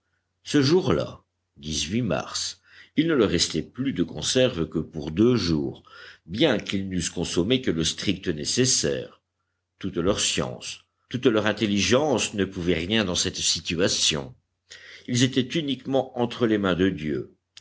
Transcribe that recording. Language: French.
ce jour-là mars il ne leur restait plus de conserves que pour deux jours bien qu'ils n'eussent consommé que le strict nécessaire toute leur science toute leur intelligence ne pouvait rien dans cette situation ils étaient uniquement entre les mains de dieu